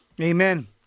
Amen